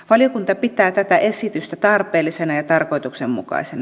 valiokunta pitää tätä esitystä tarpeellisena ja tarkoituksenmukaisena